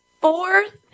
fourth